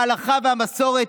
ההלכה והמסורת,